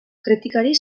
kritikari